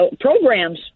programs